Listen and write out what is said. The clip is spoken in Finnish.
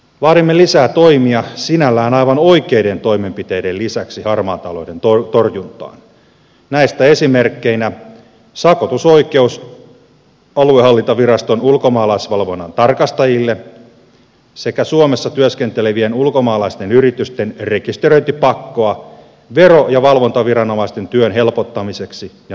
vaadimme lisää toimia sinällään aivan oikeiden toimenpiteiden lisäksi harmaan talouden torjuntaan näistä esimerkkeinä sakotusoikeus aluehallintoviraston ulkomaalaisvalvonnan tarkastajille sekä suomessa työskentelevien ulkomaalaisten yritysten rekisteröintipakko vero ja valvontaviranomaisten työn helpottamiseksi ja nopeuttamiseksi